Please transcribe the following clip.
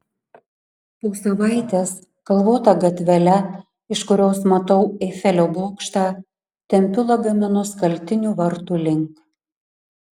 po savaitės kalvota gatvele iš kurios matau eifelio bokštą tempiu lagaminus kaltinių vartų link